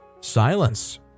silence